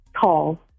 tall